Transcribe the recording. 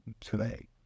today